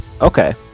Okay